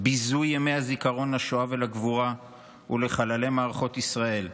ביזוי ימי הזיכרון לשואה ולגבורה ולחללי מערכות ישראל,